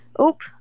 Oop